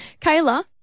Kayla